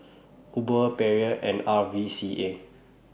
Uber Perrier and R V C A